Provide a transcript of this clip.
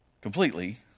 completely